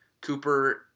Cooper